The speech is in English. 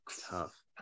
tough